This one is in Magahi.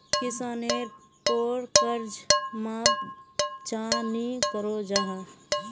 किसानेर पोर कर्ज माप चाँ नी करो जाहा?